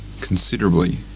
considerably